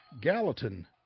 Gallatin